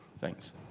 Thanks